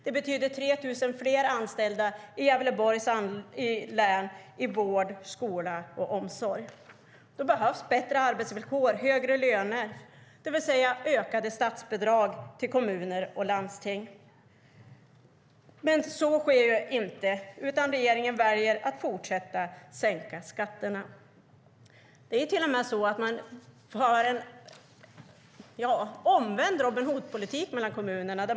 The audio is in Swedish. Det betyder 3 000 fler anställda i Gävleborgs län inom vård, skola och omsorg. Då behövs det bättre arbetsvillkor och högre löner, det vill säga ökade statsbidrag till kommuner och landsting. Men så sker ju inte, utan regeringen väljer att fortsätta att sänka skatterna. Man har en omvänd Robin Hood-politik mellan kommunerna.